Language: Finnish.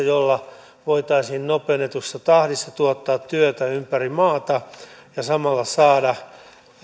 jolla voitaisiin nopeutetussa tahdissa tuottaa työtä ympäri maata ja samalla saada